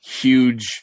huge